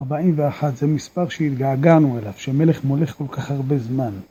ארבעים ואחת זה מספר שהתגעגענו אליו, שהמלך מולך כל כך הרבה זמן.